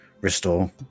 restore